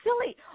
silly